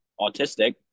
autistic